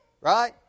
right